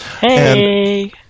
Hey